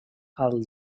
als